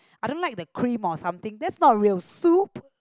I don't like the cream of something that's not real soup